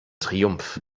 triumph